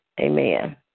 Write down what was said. Amen